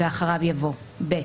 ואחריו יבוא: "(ב)